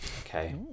Okay